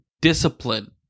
discipline